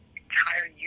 entire